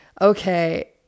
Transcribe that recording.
okay